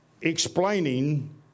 explaining